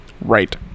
right